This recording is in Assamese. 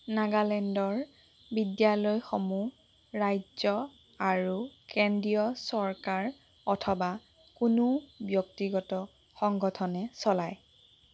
নাগালেণ্ডৰ বিদ্যালয়সমূহ ৰাজ্য আৰু কেন্দ্ৰীয় চৰকাৰ অথবা কোনো ব্যক্তিগত সংগঠনে চলাই